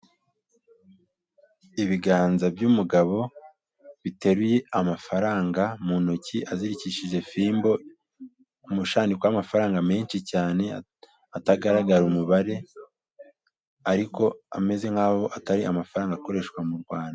Ibiganza by'umugabo, biteruye amafaranga mu ntoki, azirikishije fimbo, umushandiko w'amafaraga menshi cyane, atagaragara umubare, ariko ameza nk'aho atari amafaranga akoreshwa mu Rwanda.